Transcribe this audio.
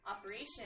operation